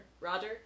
Roger